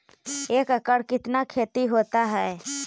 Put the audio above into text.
एक एकड़ कितना खेति होता है?